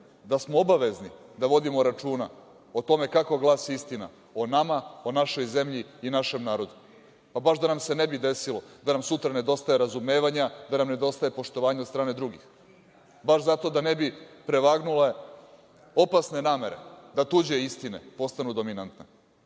da smo obavezni da vodimo računa o tome kako glasi istina o nama, o našoj zemlji i našem narodu. Baš da nam se ne bi desilo da nam sutra nedostaje razumevanja, da nam nedostaje poštovanja od strane drugih, baš zato da ne bi prevagnule opasne namere da tuđe istine postanu dominantne.